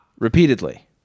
Repeatedly